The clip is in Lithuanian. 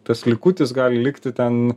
tas likutis gali likti ten